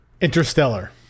interstellar